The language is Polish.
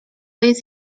jest